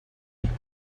never